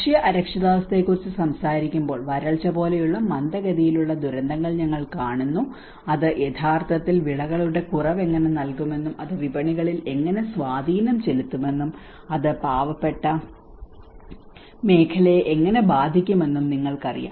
ഭക്ഷ്യ അരക്ഷിതാവസ്ഥയെക്കുറിച്ച് സംസാരിക്കുമ്പോൾ വരൾച്ച പോലെയുള്ള മന്ദഗതിയിലുള്ള ദുരന്തങ്ങൾ ഞങ്ങൾ കാണുന്നു അത് യഥാർത്ഥത്തിൽ വിളകളുടെ കുറവ് എങ്ങനെ നൽകുമെന്നും അത് വിപണികളിൽ എങ്ങനെ സ്വാധീനം ചെലുത്തുമെന്നും അത് പാവപ്പെട്ട മേഖലയെ എങ്ങനെ ബാധിക്കുമെന്നും നിങ്ങൾക്കറിയാം